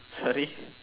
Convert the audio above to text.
sorry